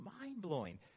mind-blowing